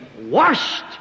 washed